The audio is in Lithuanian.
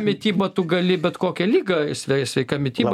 mityba tu gali bet kokią ligą svei sveika mityba